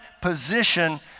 position